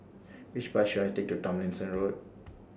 Which Bus should I Take to Tomlinson Road